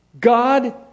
God